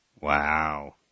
Wow